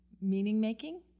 meaning-making